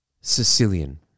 Sicilian